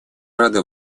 рады